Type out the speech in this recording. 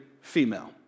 female